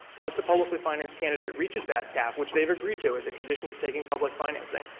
once a publicly-financed candidate reaches that cap, which they've agreed to as a condition of taking public financing,